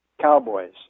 cowboys